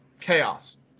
chaos